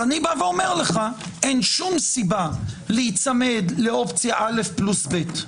אז אני בא ואומר לך שאין שום סיבה להיצמד לאופציה א' פלוס ב'.